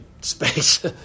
space